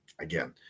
again